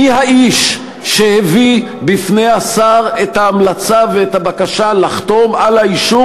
מי האיש שהביא בפני השר את ההמלצה ואת הבקשה לחתום על האישור,